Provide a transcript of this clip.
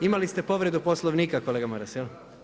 Imali ste povredu Poslovnika kolega Maras.